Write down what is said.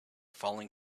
falling